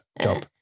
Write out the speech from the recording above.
job